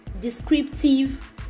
descriptive